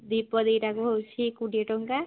ଦୀପ ଦୁଇଟାକୁ ହେଉଛି କୋଡ଼ିଏ ଟଙ୍କା